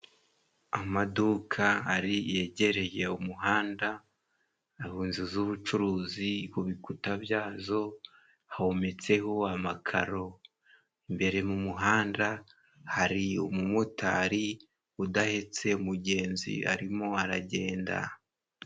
Amaduka ari yegereye umuhanda, aho inzu z'ubucuruzi ku bikuta byazo hometseho amakaro, imbere mumuhanda hari umumotari udahetse mugenzi arimo aragenda.